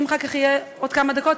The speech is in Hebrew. אם אחר כך יהיו עוד כמה דקות,